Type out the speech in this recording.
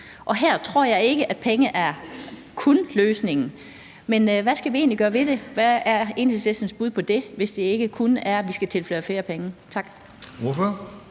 Og her tror jeg ikke, at kun penge er løsningen, men hvad skal vi egentlig gøre ved det? Hvad er Enhedslistens bud på det, hvis det ikke kun er, at vi skal tilføre området flere penge? Tak. Kl.